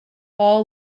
all